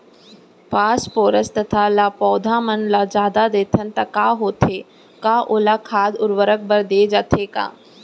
Phosphorus तथा ल पौधा मन ल जादा देथन त का होथे हे, का ओला खाद उर्वरक बर दे जाथे का?